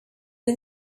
own